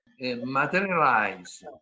materialize